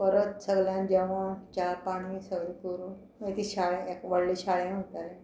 परत सगल्यान जेवण च्या पाणी सगळें करून मागीर ती शाळे व्हडलें शाळे वताले